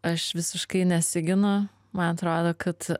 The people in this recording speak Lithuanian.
aš visiškai nesiginu man atrodo kad